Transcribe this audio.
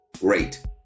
Great